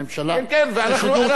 זה שידור ציבורי.